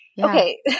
Okay